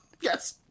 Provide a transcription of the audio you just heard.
Yes